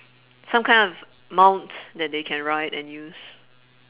some kind of mount that they can write and use